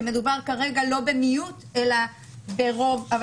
שמדובר כרגע לא במיעוט אלא ברוב אבל